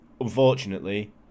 Unfortunately